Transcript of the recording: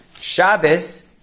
Shabbos